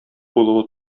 булуы